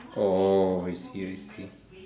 oh I see I see